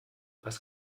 was